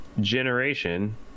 generation